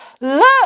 Look